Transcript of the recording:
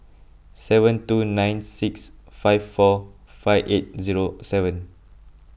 seven two nine six five four five eight zero seven